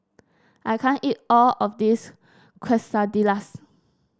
I can't eat all of this Quesadillas